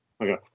Okay